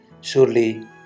Surely